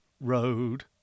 road